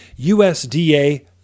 USDA